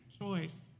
choice